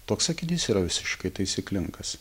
toks sakinys yra visiškai taisyklingas